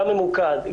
גם ממוקד,